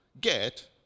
get